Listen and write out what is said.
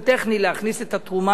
להכניס את התרומה הזאת